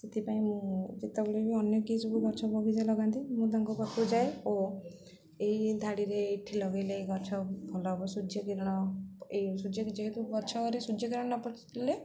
ସେଥିପାଇଁ ମୁଁ ଯେତେବେଳେ ବି ଅନ୍ୟ କେହି ସବୁ ଗଛ ବଗିଚା ଲଗାନ୍ତି ମୁଁ ତାଙ୍କ ପାଖକୁ ଯାଏ ଓ ଏଇ ଧାଡ଼ିରେ ଏଠି ଲଗେଇଲେ ଏ ଗଛ ଭଲ ହବ ସୂର୍ଯ୍ୟକିରଣ ଏଇ ସୂର୍ଯ୍ୟ ଯେହେତୁ ଗଛରେ ସୂର୍ଯ୍ୟକିରଣ ନଥିଲେ